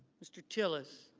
mr. tillis.